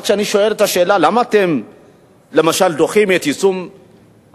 אבל כשאני שואל את השאלה למה אתם דוחים את יישום החקיקה,